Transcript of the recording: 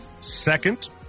Second